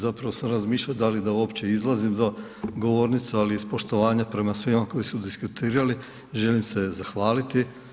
Zapravo sam razmišljao da li da uopće izlazim za govornicu, ali iz poštovanja prema svima koji su diskutirali, želim se zahvaliti.